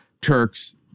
Turks